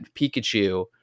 Pikachu